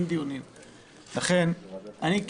אין דיונים.